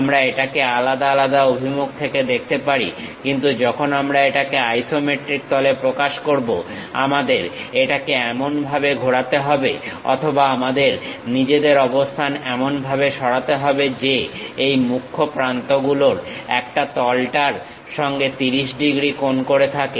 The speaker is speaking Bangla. আমরা এটাকে আলাদা আলাদা অভিমুখ থেকে দেখতে পারি কিন্তু যখন আমরা এটাকে আইসোমেট্রিক তলে প্রকাশ করব আমাদের এটাকে এমনভাবে ঘোরাতে হবে অথবা আমাদের নিজেদের অবস্থান এমনভাবে সরাতে হবে যে এই মুখ্য প্রান্ত গুলোর একটা তলটার সঙ্গে 30 ডিগ্রী কোণ করে থাকে